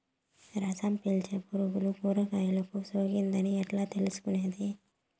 రసం పీల్చే పులుగులు కూరగాయలు కు సోకింది అని ఎట్లా తెలుసుకునేది?